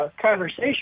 conversation